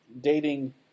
dating